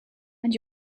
and